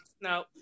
no